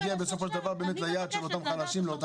שזה מגיע בסופו של דבר באמת ליעד של אותם חלשים,